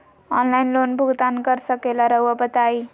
Online loan भुगतान कर सकेला राउआ बताई?